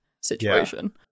situation